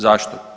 Zašto?